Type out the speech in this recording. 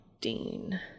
Dean